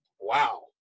Wow